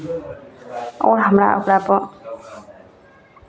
आओर हमरा ओकरापर